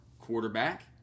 quarterback